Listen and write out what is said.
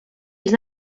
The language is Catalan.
ells